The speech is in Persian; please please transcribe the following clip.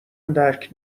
درک